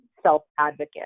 self-advocate